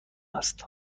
است